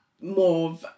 more